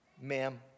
ma'am